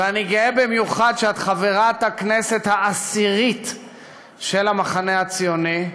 ואני גאה במיוחד שאת חברת הכנסת העשירית של המחנה הציוני,